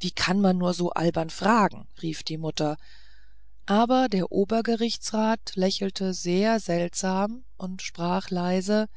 wie kann man nur so albern fragen rief die mutter aber der obergerichtsrat lächelte sehr seltsam und sprach leise